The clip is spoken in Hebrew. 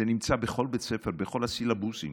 זה נמצא בכל בית ספר, בכל הסילבוסים